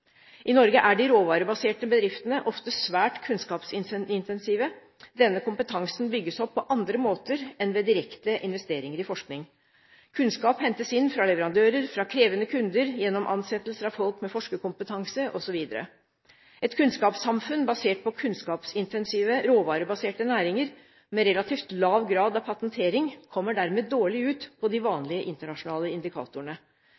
I Norge er de råvarebaserte bedriftene ofte svært kunnskapsintensive. Denne kompetansen bygges opp på andre måter enn ved direkte investeringer i forskning. Kunnskap hentes inn fra leverandører, fra krevende kunder, gjennom ansettelser av folk med forskerkompetanse osv. Et kunnskapssamfunn basert på kunnskapsintensive, råvarebaserte næringer med relativt lav grad av patentering kommer dermed dårlig ut på de